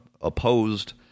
opposed